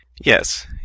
yes